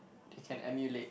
it can emulate